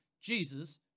Jesus